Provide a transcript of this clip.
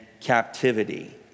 captivity